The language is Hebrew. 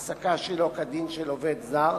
ו-(ב) העסקה שלא כדין של עובד זר,